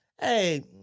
Hey